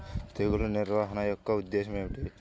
తెగులు నిర్వహణ యొక్క ఉద్దేశం ఏమిటి?